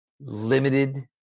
limited